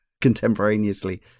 contemporaneously